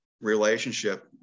relationship